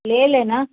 ले लेना